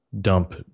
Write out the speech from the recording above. dump